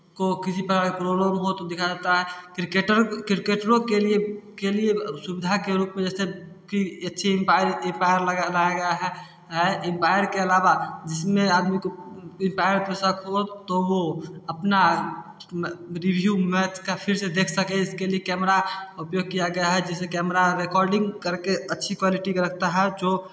को किसी प्रकार का प्रोब्लम हो तो दिखाया जाता है क्रिकेटर क्रिकेटरों के लिए के लिए सुविधा के रूप में जैसे की अच्छी एम्पायर एम्पायर लाया गया है एम्पायर के अलावा जिसमें आदमी को एम्पायर वैसा खो तो वो अपना रिव्यू मैच का फिर से देख सके इसके लिए कैमरा उपयोग किया गया है जिसे कैमरा रिकॉर्डिंग करके अच्छी क्वालिटी रखता है जो